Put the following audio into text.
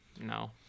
No